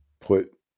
put